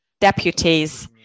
deputies